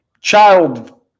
child